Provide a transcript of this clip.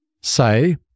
say